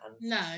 No